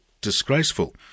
disgraceful